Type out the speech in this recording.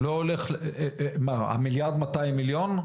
מה, המיליארד מאתיים מיליון?